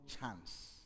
chance